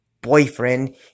boyfriend